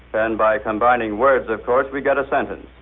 and by combining words, of course, we got a sentence.